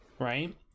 right